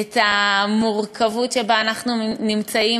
את המורכבות שבה אנחנו נמצאים,